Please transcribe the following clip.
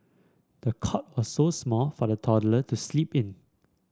the cot was so small for the toddler to sleep in